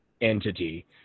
entity